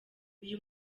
uyu